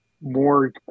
more